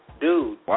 Dude